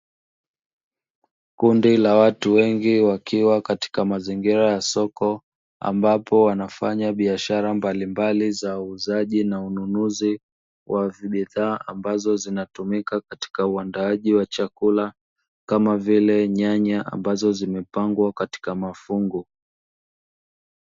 Watu wengi wakiwa katika mazingira ya soko, ambapo wanafanya biashara mbalimbali za uuzaji na ununuzi wa bidhaa, ambazo zinatumika katika uandaaji wa chakula kama vile nyanya ambazo zimepangwa katika mafungu.